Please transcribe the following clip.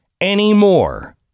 anymore